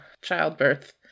childbirth